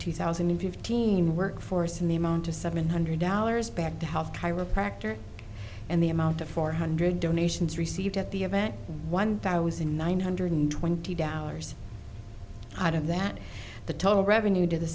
two thousand and fifteen workforce in the amount of seven hundred dollars back to health chiropractor and the amount of four hundred donations received at the event one thousand nine hundred twenty dollars out of that the total revenue to the